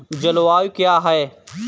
जलवायु क्या है?